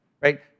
right